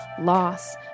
loss